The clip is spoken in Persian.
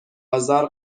ازار